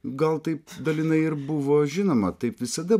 gal taip dalinai ir buvo žinoma taip visada